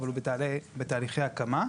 אבל הוא בתהליכי הקמה.